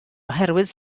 oherwydd